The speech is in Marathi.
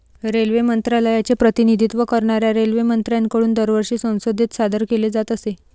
रेल्वे मंत्रालयाचे प्रतिनिधित्व करणाऱ्या रेल्वेमंत्र्यांकडून दरवर्षी संसदेत सादर केले जात असे